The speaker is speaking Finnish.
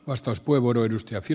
arvoisa puhemies